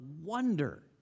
wonder